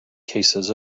cases